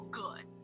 good